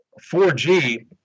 4G